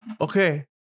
Okay